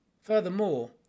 Furthermore